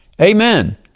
Amen